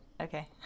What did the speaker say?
okay